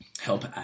help